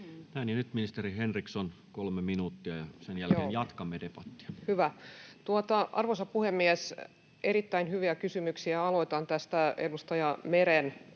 Nyt ministeri Henriksson, kolme minuuttia, ja sen jälkeen jatkamme debattia. Arvoisa puhemies! Erittäin hyviä kysymyksiä. Aloitan tästä edustaja Meren